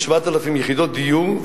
עד 7,000 יחידות דיור,